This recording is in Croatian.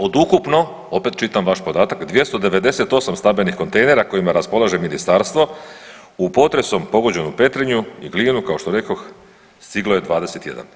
Od ukupno opet čitam vaš podatak 298 stambenih kontejnera kojima raspolaže ministarstvo u potresom pogođenu Petrinju i Glinu kao što rekoh stiglo je 21.